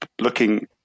looking